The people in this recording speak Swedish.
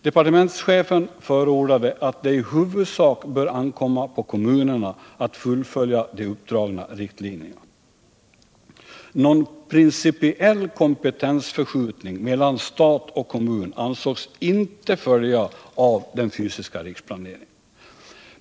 Departementschefen förordade att det i huvudsak bör ankomma på kommunerna att fullfölja de uppdragna riktlinjerna. Någon principiell kompetensförskjutning mellan stat och kommun ansågs inte följa av den fysiska riksplaneringen.